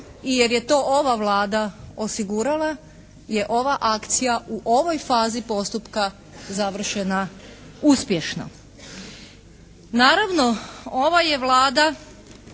i jer je to ova Vlada osigurala je ova akcija u ovoj fazi postupka završena uspješno. Naravno ova je Vlada,